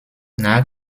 nach